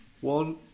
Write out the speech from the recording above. one